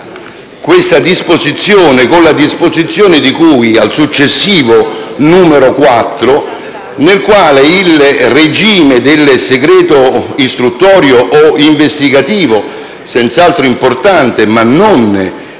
questa disposizione con quella di cui al successivo comma 4, nel quale il regime del segreto istruttorio od investigativo - senz'altro importante, ma non